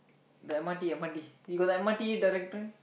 the M_R_T M_R_T you got the M_R_T directory